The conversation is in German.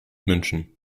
münchen